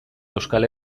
euskal